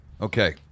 Okay